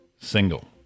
Single